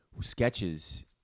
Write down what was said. sketches